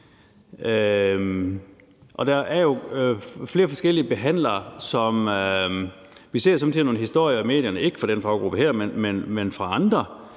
Der er jo flere forskellige behandlere, og vi ser somme tider nogle historier i medierne om behandlere, ikke fra den her faggruppe, men fra andre,